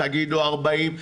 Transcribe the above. תגידו 40,